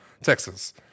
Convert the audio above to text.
Texas